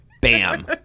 Bam